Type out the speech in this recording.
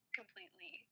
completely